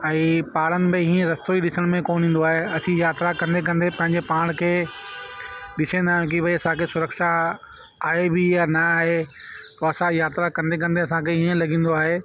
ही पहाड़नि में हीअं रस्तो ई ॾिसण में कोन ईंदो आहे असीं यात्रा कंदे कंदे पंहिंजे पाण खे ॾिसंदा आहियूं कि भई असांखे सुरक्षा आहे बि या न आहे पोइ असां यात्रा कंदे कंदे असांखे हीअं लॻंदो आहे